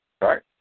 right